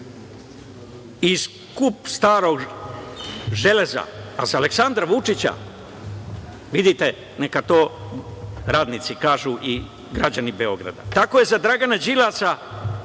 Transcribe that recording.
i skup starog gvožđa, a za Aleksandra Vučića, vidite, neka to radnici kažu i građani Beograda. Tako je za Dragana Đilasa